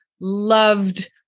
loved